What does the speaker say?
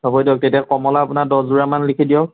হ'ব দিয়ক তেতিয়া কমলা আপোনাৰ দহ যোৰা মান লিখি দিয়ক